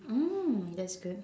mm that's good